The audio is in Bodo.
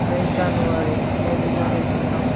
नै जानुवारि नैरोजा नैजिथाम